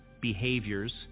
behaviors